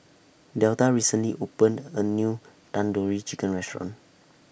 Delta recently opened A New Tandoori Chicken Restaurant